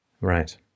Right